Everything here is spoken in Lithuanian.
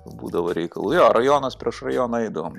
būdavo reikalų jo rajonas prieš rajoną eidavom